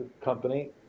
company